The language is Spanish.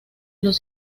los